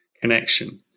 connection